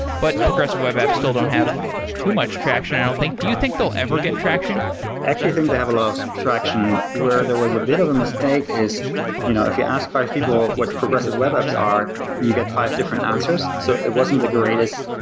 but progressing web apps still don't have too much traction, i don't think. do you think they'll ever get traction? i actually think they have a lot of traction. where there was a bit of a mistake is you know if you ask five people what progressive web apps are, you get five different answers. so it wasn't the greatest,